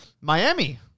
Miami